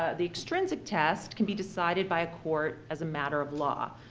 ah the extrinsic test can be decided by a court as a matter of law.